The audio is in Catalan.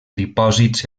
dipòsits